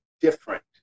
different